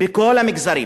בכל המגזרים.